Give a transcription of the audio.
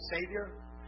Savior